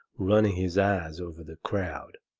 running his eyes over the crowd,